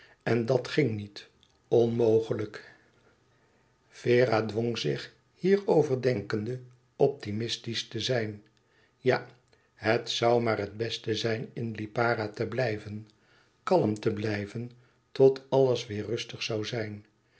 en dat ging niet onmogelijk vera dwong zich hierover denkende optimistisch te zijn ja het zoû maar het beste zijn in lipara te blijven kalm te blijven tot alles weêr rustig zoû zijn